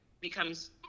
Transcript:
becomes